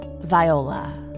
Viola